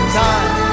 time